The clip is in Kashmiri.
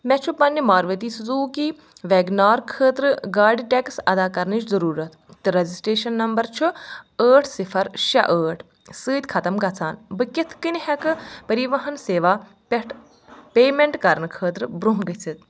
مےٚ چھُ پنٛنہِ ماروتی سُزوٗکی ویگن آر خٲطرٕ گاڑِ ٹیکٕس ادا کرنٕچ ضروٗرت تہٕ رجسٹریشن نمبر چھُ ٲٹھ صِفر شےٚ ٲٹھ سۭتۍ ختم گژھان بہٕ کِتھ کٔنۍ ہٮ۪کہٕ پٔریٖواہن سیوا پٮ۪ٹھ پیمٮ۪نٛٹ کرنہٕ خٲطرٕ برٛۄنٛہہ گژھِتھ